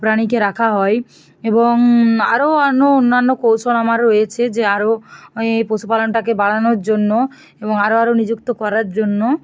প্রাণীকে রাখা হয় এবং আরও আনো অন্যান্য কৌশল আমার রয়েছে যে আরও এই পশুপালনটাকে বাড়ানোর জন্য এবং আরও আরও নিযুক্ত করার জন্য